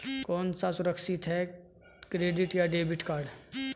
कौन सा सुरक्षित है क्रेडिट या डेबिट कार्ड?